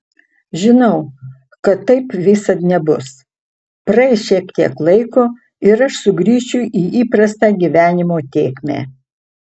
žinau kad taip visad nebus praeis šiek tiek laiko ir aš sugrįšiu į įprastą gyvenimo tėkmę